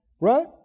Right